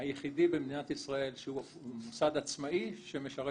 היחידי במדינת ישראל שהוא מוסד עצמאי שמשרת